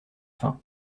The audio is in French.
faim